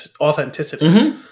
authenticity